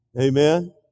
Amen